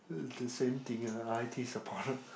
the same thing ah I_T support